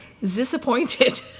disappointed